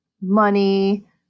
money